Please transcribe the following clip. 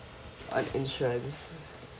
on insurance